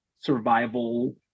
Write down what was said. survival